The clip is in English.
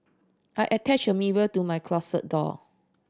I attached a mirror to my closet door